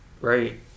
right